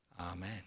Amen